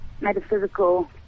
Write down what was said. metaphysical